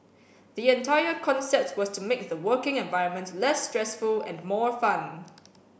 the entire concept was to make the working environment less stressful and more fun